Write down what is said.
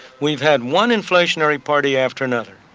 we've had one inflationary party after another.